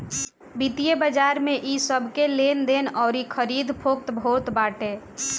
वित्तीय बाजार में इ सबके लेनदेन अउरी खरीद फोक्त होत बाटे